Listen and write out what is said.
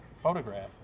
photograph